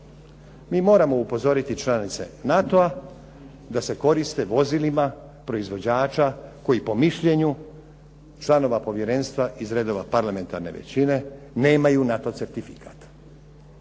Mi moramo upozoriti članice NATO-a da se koriste vozilima proizvođača koji po mišljenju članova povjerenstva iz redova parlamentarne većine nemaju NATO certifikat